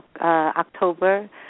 October